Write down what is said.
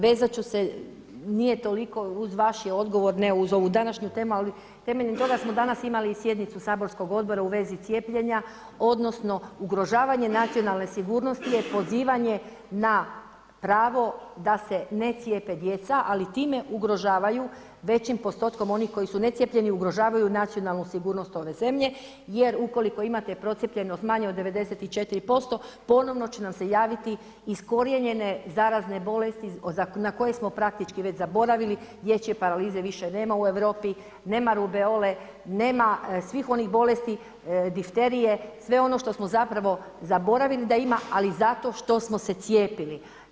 Vezati ću se, nije toliko uz vaš je odgovor, ne uz ovu današnju temu ali temeljem toga smo danas imali sjednicu saborskog odbora u vezi cijepljenja odnosno ugrožavanje nacionalne sigurnosti je pozivanje na pravo da se ne cijepe djeca ali time ugrožavaju većim postotkom onih koji su necijepljeni ugrožavaju nacionalnu sigurnost ove zemlje jer ukoliko imate procijepljenost manje od 94% ponovno će nam se javiti iskorijenjene zarazne bolesti na koje smo praktički već zaboravili, dječje paralize više nema u Europi, nema rubeole, nema svih onih bolesti, difterije, sve ono što smo zapravo zaboravili da ima ali zato što smo se cijepili.